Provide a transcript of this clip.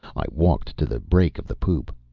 i walked to the break of the poop.